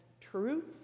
truth